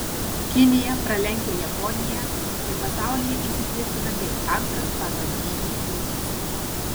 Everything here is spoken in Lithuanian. kinija pralenkia japoniją ir pasaulyje įsitvirtina kaip antras pagal dydį ūkis